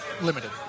limited